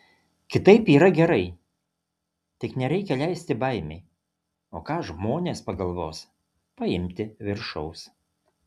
kitaip yra gerai tik nereikia leisti baimei o ką žmonės pagalvos paimti viršaus